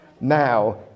now